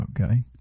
Okay